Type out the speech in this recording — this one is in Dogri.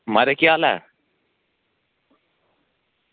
म्हाराज केह् हाल ऐ